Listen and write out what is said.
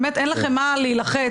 אין לכם באמת סיבה להילחץ,